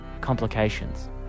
complications